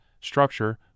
structure